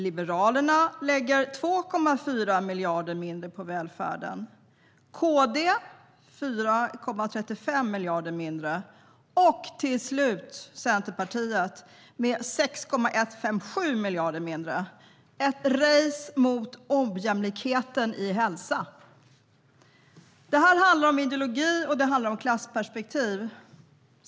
Liberalerna lägger 2,4 miljarder mindre på välfärden. KD lägger 4,035 miljarder mindre på välfärden. Och till slut: Centerpartiet lägger 6,157 miljarder mindre. Det är ett race mot ojämlikheten i hälsa. Det handlar om ideologi och klassperspektiv.